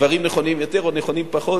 דברים נכונים יותר או נכונים פחות,